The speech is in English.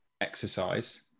exercise